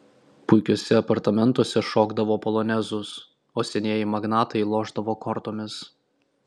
puikiuose apartamentuose šokdavo polonezus o senieji magnatai lošdavo kortomis